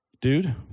dude